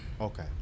Okay